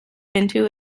into